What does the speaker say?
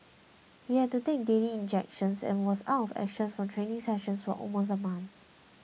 he had to take daily injections and was out of action from training sessions for almost a month